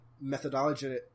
methodology